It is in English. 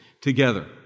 together